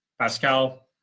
pascal